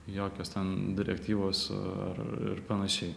jokios ten direktyvos ar ir panašiai